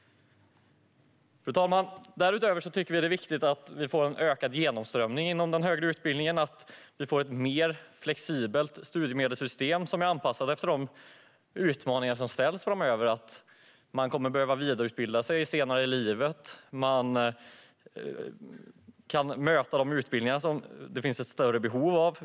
Fru talman! Därutöver tycker vi att det är viktigt att vi får en ökad genomströmning inom den högre utbildningen och att vi får ett mer flexibelt studiemedelssystem som är anpassat efter de utmaningar som ställs framöver. Man kommer att behöva vidareutbilda sig senare i livet, och man måste möta behoven och se till vilka utbildningar som behövs mest.